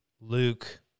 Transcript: Luke